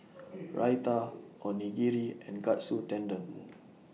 Raita Onigiri and Katsu Tendon